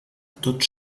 tot